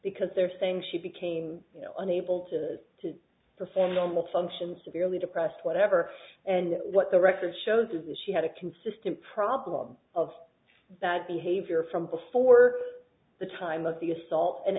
because they're saying she became unable to perform normal function severely depressed whatever and that what the record shows is that she had a consistent problem of bad behavior from before the time of the assault and